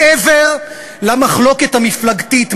מעבר למחלוקת המפלגתית,